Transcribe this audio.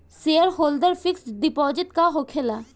Shareholder fix deposit का होखे ला?